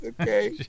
okay